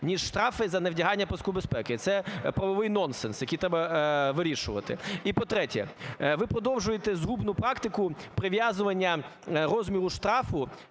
ніж штрафи за невдягання паску безпеки. Це правовий нонсенс, який треба вирішувати. І по-третє, ви продовжуєте згубну практику прив'язування розміру штрафу